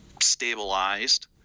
stabilized